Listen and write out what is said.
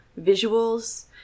visuals